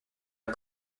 are